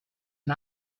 and